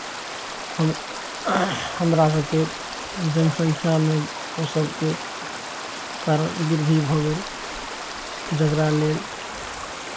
हम हमरा सभके जनसङ्ख्यामे ओसभके कारण वृद्धि भऽ गेल जकरा लेल